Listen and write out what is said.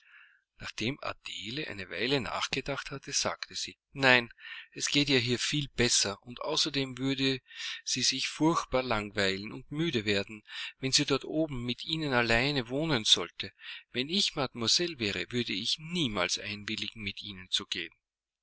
nachdem adele eine weile nachgedacht hatte sagte sie nein es geht ihr hier viel besser und außerdem würde sie sich furchtbar langweilen und müde werden wenn sie dort oben mit ihnen allein wohnen sollte wenn ich mademoiselle wäre würde ich niemals einwilligen mit ihnen zu gehen